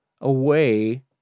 away